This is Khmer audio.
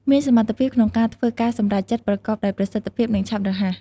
មានសមត្ថភាពក្នុងការធ្វើការសម្រេចចិត្តប្រកបដោយប្រសិទ្ធភាព និងឆាប់រហ័ស។